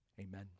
Amen